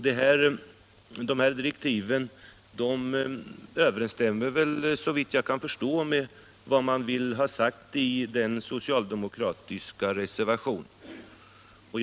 De här direktiven överensstämmer såvitt jag kan förstå med vad man vill åstadkomma med den socialdemokratiska reservationen.